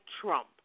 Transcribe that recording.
Trump